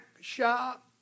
shop